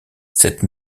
cette